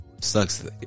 sucks